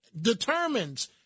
determines